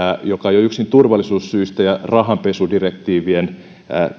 joka jo yksin turvallisuussyistä ja rahanpesudirektiivien